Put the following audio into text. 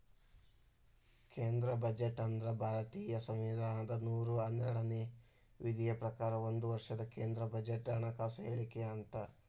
ಕೇಂದ್ರ ಬಜೆಟ್ ಅಂದ್ರ ಭಾರತೇಯ ಸಂವಿಧಾನದ ನೂರಾ ಹನ್ನೆರಡನೇ ವಿಧಿಯ ಪ್ರಕಾರ ಒಂದ ವರ್ಷದ ಕೇಂದ್ರ ಬಜೆಟ್ ಹಣಕಾಸು ಹೇಳಿಕೆ ಅಂತ